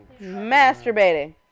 Masturbating